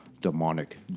demonic